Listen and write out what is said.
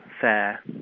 fair